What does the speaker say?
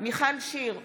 מיכל שיר סגמן,